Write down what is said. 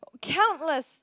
countless